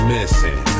missing